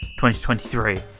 2023